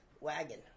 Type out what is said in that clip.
Wagon